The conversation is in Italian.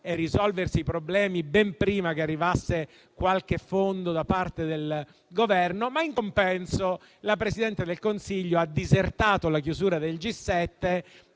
risolversi i problemi ben prima che arrivasse qualche fondo da parte del Governo. In compenso, però, la Presidente del Consiglio ha disertato la chiusura del G7